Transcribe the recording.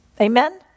Amen